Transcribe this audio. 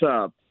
up